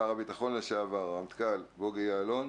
שר הביטחון לשעבר, הרמטכ"ל בוגי יעלון,